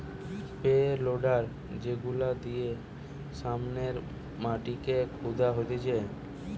pay loader যেগুলা দিয়ে সামনের মাটিকে খুদা হতিছে